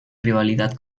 rivalidad